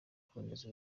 kuboneza